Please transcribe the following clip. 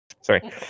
Sorry